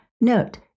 Note